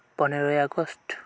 ᱯᱚᱱᱮᱨᱚᱭ ᱟᱜᱚᱥᱴ